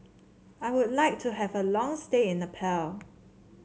I would like to have a long stay in Nepal